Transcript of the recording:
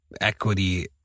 equity